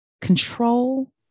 Control